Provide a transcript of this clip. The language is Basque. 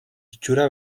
itxura